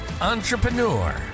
entrepreneur